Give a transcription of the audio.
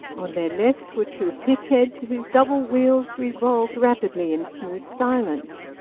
on their left were two pitheads whose double wheels revolved rapidly in smooth silence,